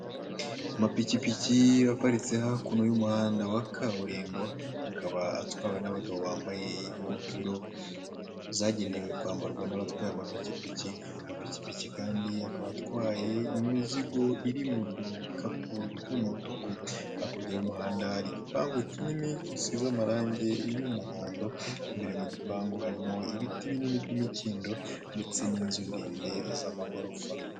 Amapikpiki aparitse hakuno y'umuhanda wa kaburimbo, akaba atwawe n'abagabo bambaye ingofero zagenewe kwambarwa n'abatwaye amapikipiki, amapikipiki kandi akaba atwaye imizigo iri mu dukapu tw'umutuku. Hakurya y'umuhanda hari igipangu kinini gisize amarangi y'umuhondo, imbere mu gipangu harimo ibiti binini by'imikindo ndetse n'inzu ndende z'amagorofa.